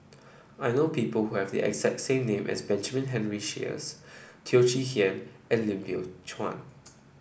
i know people who have the exact name as Benjamin Henry Sheares Teo Chee Hean and Lim Biow Chuan